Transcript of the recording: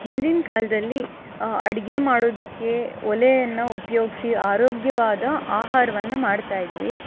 ಹಿಂದಿನ ಕಾಲದಲ್ಲಿ ಅಡುಗೆ ಮಾಡೋದಕ್ಕೆ ಒಲೆಯನ್ನು ಉಪಯೋಗ್ಸಿ ಆರೋಗ್ಯವಾದ ಆಹಾರವನ್ನ ಮಾಡ್ತಾ ಇದ್ವಿ